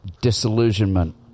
Disillusionment